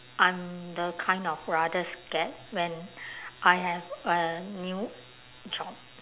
I'm the kind of rather scared when I have a new job